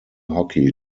hockey